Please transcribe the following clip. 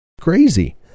crazy